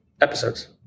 Episodes